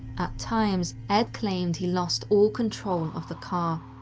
at times, ed claimed he lost all control of the car.